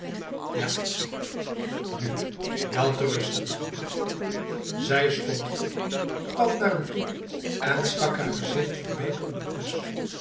ja nu welterusten dan zij stond op kwam naar hem toe en stak haar gezicht vooruit om een kus